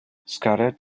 scarlet